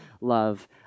love